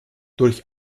durch